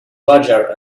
larger